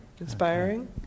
Inspiring